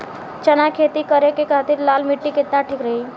चना के खेती करे के खातिर लाल मिट्टी केतना ठीक रही?